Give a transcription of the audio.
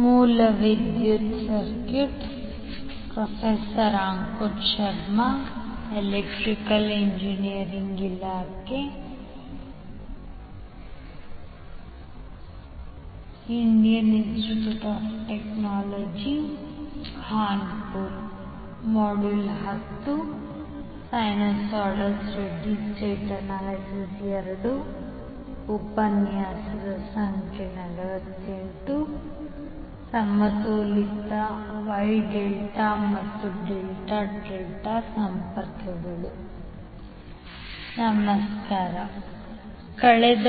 ನಮಸ್ಕರ್ ಆದ್ದರಿಂದ ಕಳೆದ